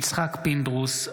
יצחק פינדרוס,